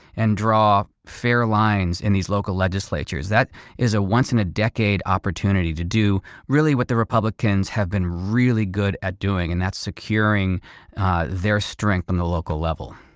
and draw fair lines in these local legislatures. that is a once in a decade opportunity to do really what the republicans have been really good at doing. and that's securing their strength on the local level.